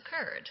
occurred